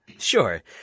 Sure